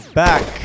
back